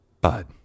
Bud